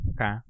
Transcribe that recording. Okay